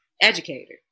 educator